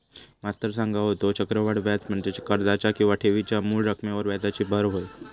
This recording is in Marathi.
मास्तर सांगा होतो, चक्रवाढ व्याज म्हणजे कर्जाच्या किंवा ठेवीच्या मूळ रकमेवर व्याजाची भर होय